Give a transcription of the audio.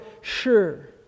sure